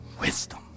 wisdom